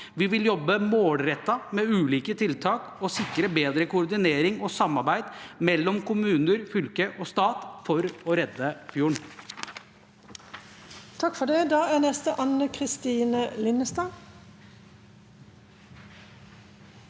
Vi vil jobbe målrettet med ulike tiltak og sikre bedre koordinering og samarbeid mellom kommuner, fylke og stat for å redde fjorden.